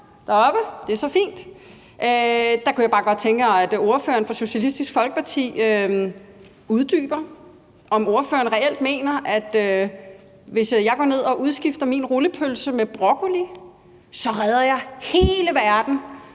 deroppe – det er så fint. Jeg kunne bare godt tænke mig, at ordføreren for Socialistisk Folkeparti uddyber det. Mener ordføreren reelt, at hvis jeg går ned og udskifter min rullepølse med broccoli, så redder jeg hele verden,